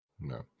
no